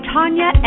Tanya